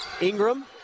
Ingram